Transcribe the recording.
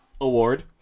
award